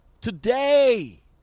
Today